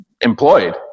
employed